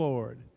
Lord